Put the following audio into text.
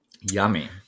Yummy